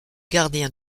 gardien